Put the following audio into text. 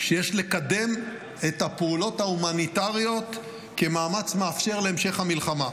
שיש לקדם את הפעולות ההומניטריות כמאמץ מאפשר להמשך המלחמה.